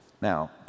Now